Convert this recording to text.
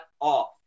off